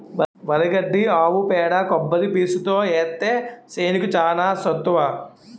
వరి గడ్డి ఆవు పేడ కొబ్బరి పీసుతో ఏత్తే సేనుకి చానా సత్తువ